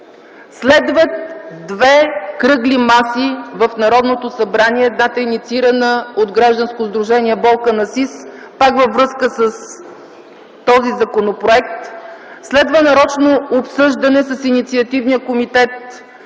Следват две кръгли маси в Народното събрание, едната инициирана от Гражданско сдружение „Болкан Асист” във връзка с този законопроект. Следва нарочно обсъждане с Инициативния комитет